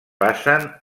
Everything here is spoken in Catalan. passen